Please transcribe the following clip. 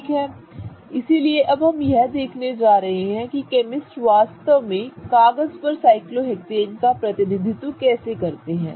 ठीक है इसलिए अब हम यह देखने जा रहे हैं कि केमिस्ट वास्तव में कागज पर साइक्लोहेक्सेन का प्रतिनिधित्व कैसे करते हैं